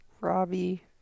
Robbie